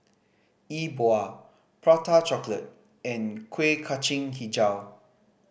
E Bua Prata Chocolate and Kuih Kacang Hijau